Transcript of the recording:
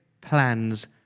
plans